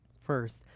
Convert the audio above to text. First